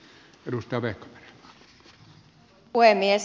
arvoisa puhemies